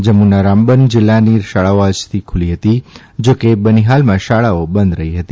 જમ્મુના રામબન જીલ્લાની શાળાઓ આજથી ખુલી હતી જા કે બનિહાલમાં શાલાઓ બંધ રહી હતી